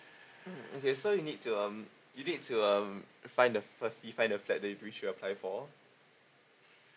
mm okay so you need to um you need to um find the firstly find the flat that you wish to apply for